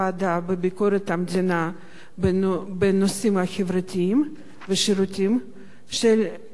לביקורת המדינה בנושאים החברתיים והשירותים של משרד